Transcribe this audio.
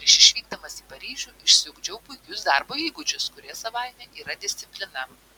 prieš išvykdamas į paryžių išsiugdžiau puikius darbo įgūdžius kurie savaime yra disciplina